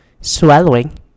Swallowing